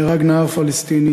נהרג נער פלסטיני,